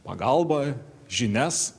pagalbą žinias